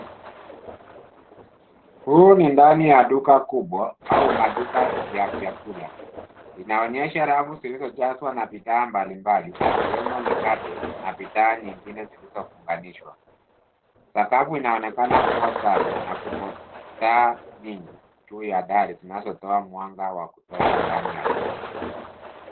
Huu ni ndani ya duka kubwa au maduka ya vyakula. Inaonyesha rafu zilizojazwa na bidhaa mbali mbali, ikiwemo mikate, na bidhaa nyingine zilizofunganishwa. Sakafu inaonekana kua safi na kuna taa nyingi juu ya dari, zinazotoa mwanga wa kutosha ndani ya duka.